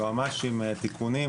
יועמ"שים עם תיקונים,